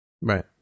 Right